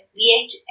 VHS